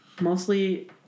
mostly